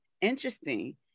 interesting